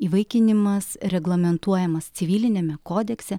įvaikinimas reglamentuojamas civiliniame kodekse